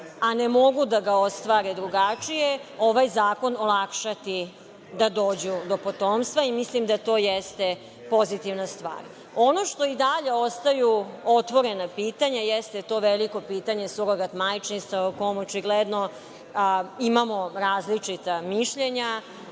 a ne mogu da ga ostvare drugačije, ovaj zakon olakšati da dođu do potomstva. Mislim da to jeste pozitivna stvar. Ono što i dalje ostaju otvorena pitanja jeste to veliko pitanje surogat majčinstva o kom očigledno imamo različita mišljenja.